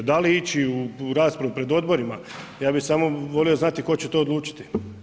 Da li ići u raspravu pred odborima, ja bih samo volio znati tko će to odlučiti.